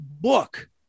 book